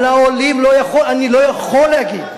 אל תגיד, על העולים אני לא יכול להגיד.